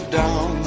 down